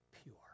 pure